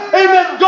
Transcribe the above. amen